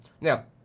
Now